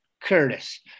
Curtis